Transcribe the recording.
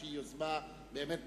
היא יוזמה באמת ברוכה.